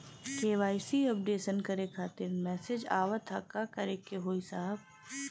KYC updation करें खातिर message आवत ह का करे के होई साहब?